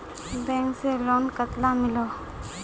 Bank से loan कतला मिलोहो?